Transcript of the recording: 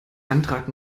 antrag